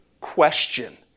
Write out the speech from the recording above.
question